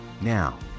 now